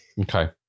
Okay